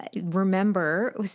remember